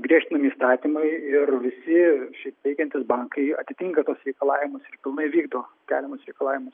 griežtinami įstatymai ir visi šiaip veikiantys bankai atitinka tuos reikalavimus ir pilnai vykdo keliamus reikalavimus